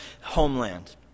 homeland